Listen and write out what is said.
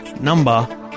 number